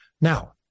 Now